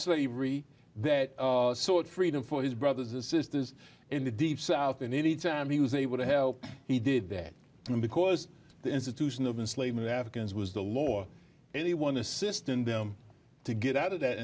slavery that saw it freedom for his brothers and sisters in the deep south and any time he was able to help he did that and because the institution of a slave and africans was the law anyone assist in them to get out of that